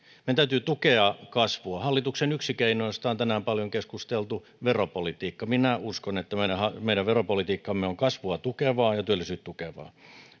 meidän täytyy tukea kasvua yksi hallituksen keinoista on tänään paljon keskusteltu veropolitiikka minä uskon että meidän veropolitiikkamme on kasvua tukevaa ja työllisyyttä tukevaa